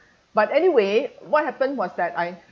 but anyway what happened was that I